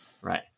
Right